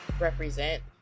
represent